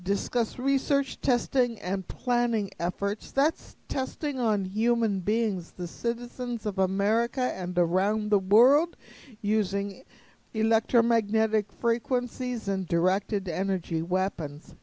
discuss research testing and planning efforts that's testing on human beings the citizens of america and around the world using electromagnetic frequencies and directed energy weapons